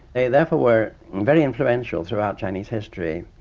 they therefore were very influential throughout chinese history.